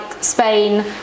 Spain